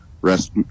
Rest